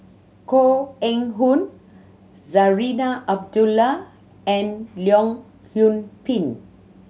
Koh Eng Hoon Zarinah Abdullah and Leong Yoon Pin